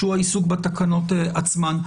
שהוא העיסוק בתקנות עצמן.